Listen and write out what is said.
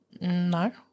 No